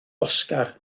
oscar